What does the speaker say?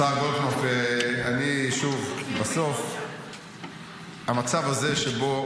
השר גולדקנופ, שוב, בסוף המצב הזה שבו